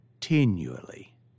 continually